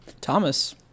Thomas